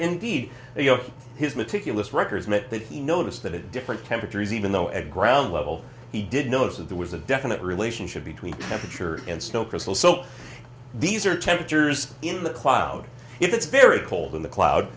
indeed you know his meticulous records meant that he noticed that it different temperatures even though at ground level he did notice that there was a definite relationship between temperature and snow crystal so these are temperatures in the cloud it's very cold in the cloud